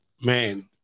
Man